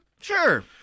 Sure